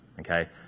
Okay